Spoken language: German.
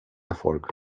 erfolg